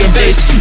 bass